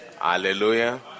Hallelujah